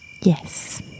Yes